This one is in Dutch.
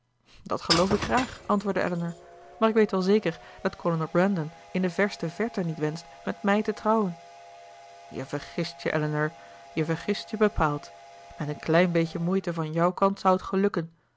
dat geloof ik graag antwoordde elinor maar ik weet wel zeker dat kolonel brandon in de verste verte niet wenscht met mij te trouwen je vergist je elinor je vergist je bepaald met een klein beetje moeite van jouw kant zou t gelukken